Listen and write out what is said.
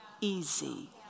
easy